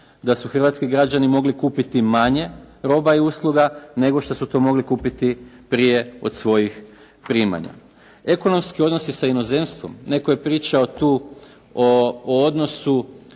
da su hrvatski građani mogli kupiti manje roba i usluga nego što su to mogli kupiti prije od svojih primanja. Ekonomski odnosi sa inozemstvom, netko je pričao tu o odnosu